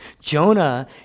Jonah